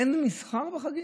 אין מסחר בחגים?